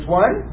one